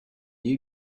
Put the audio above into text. you